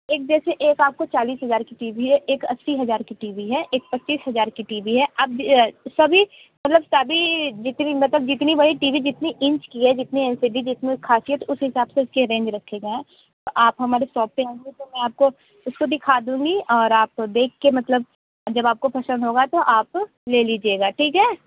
एक जैसे एक आपको चालीस हज़ार की टी वी है एक अस्सी हज़ार की टी वी है एक पच्चीस हज़ार की टी वी है आप सभी मतलब सभी जितनी मतलब जितनी बड़ी टी वी जितनी इंच की है जिसमें एम सी वी जिसमें ख़ासियत उस हिसाब से उसके रेंज रखे गए हैं तो आप हमारे सॉप पर आएंगे तो मैं आपको उसको दिखा दूँगी और आप देख के मतलब जब आपको पसंद होगा तो आप ले लीजिएगा ठीक है